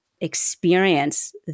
experience